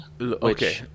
Okay